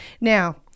Now